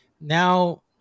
Now